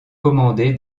commandé